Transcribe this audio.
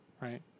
right